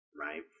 Right